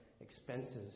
expenses